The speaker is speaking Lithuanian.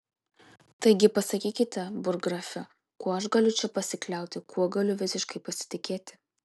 taigi pasakykite burggrafe kuo aš galiu čia pasikliauti kuo galiu visiškai pasitikėti